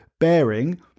bearing